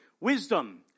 Wisdom